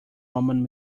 roman